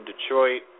Detroit